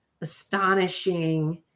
astonishing